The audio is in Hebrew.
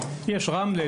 רמלה,